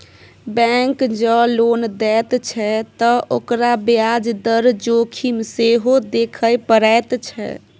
bank जँ loan दैत छै त ओकरा ब्याज दर जोखिम सेहो देखय पड़ैत छै